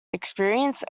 experience